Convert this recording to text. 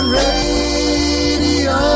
radio